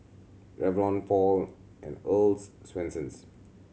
Revlon Paul and Earl's Swensens